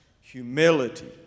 humility